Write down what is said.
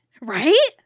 right